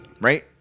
right